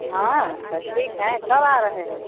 हाँ तो ठीक है कब आ रहे हैं तो